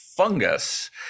fungus